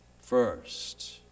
first